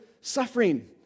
suffering